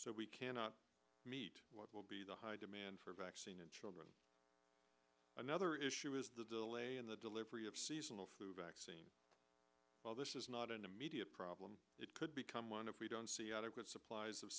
so we cannot meet what will be the high demand for vaccine in children another issue is the delay in the delivery of seasonal flu vaccine well this is not an immediate problem it could become one if we don't see adequate supplies of